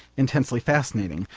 intensely fascinating,